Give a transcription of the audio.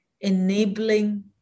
enabling